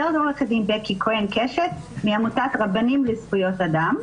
אני מעמותת רבנים לזכויות אדם.